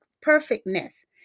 perfectness